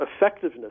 effectiveness